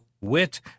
wit